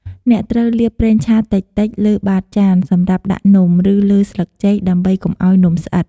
អ្នកត្រូវលាបប្រេងឆាតិចៗលើបាតចានសម្រាប់ដាក់នំ ឬ លើស្លឹកចេកដើម្បីកុំឲ្យនំស្អិត។